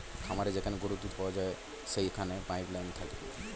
খামারে যেখানে গরুর দুধ পাওয়া যায় সেখানে পাইপ লাইন থাকে